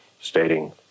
stating